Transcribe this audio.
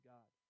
God